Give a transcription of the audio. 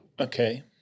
Okay